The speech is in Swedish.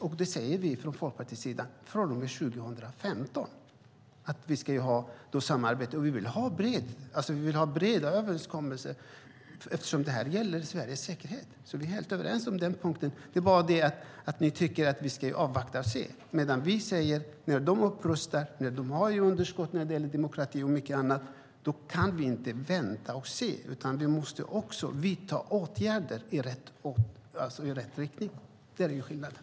Vi säger från Folkpartiets sida att vi ska ha samarbete från 2015. Vi vill ha breda överenskommelser eftersom detta gäller Sveriges säkerhet. Vi är helt överens om den punkten. Ni tycker att vi ska avvakta och se. Vi säger att när de upprustar och har underskott när det gäller demokrati och annat kan vi inte vänta och se. Vi måste också vidta åtgärder i rätt riktning. Det är skillnaden.